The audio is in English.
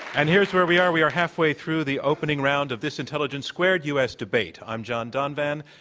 and here's where we are. we are halfway through the opening round of this intelligence squared u. s. debate. i'm john donvan.